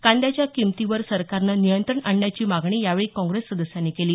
कांद्याच्या किमतीवर सरकारनं नियंत्रण आणण्याची मागणी यावेळी काँग्रेस सदस्यांनी केली